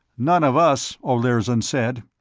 none of us, olirzon said.